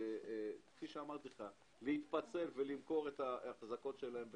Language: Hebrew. כפי שאמרתי לך, להתפצל ולמכור את האחזקות שלהם.